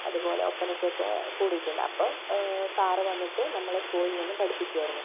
അതുപോലെ ഒപ്പനയ്ക്കൊക്കെ കൂടിയിട്ടുണ്ട് അപ്പോൾ സാറ് വന്നിട്ട് നമ്മളെ സ്കൂളിൽ നിന്നും പഠിപ്പിക്കുവായിരുന്നു